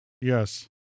Yes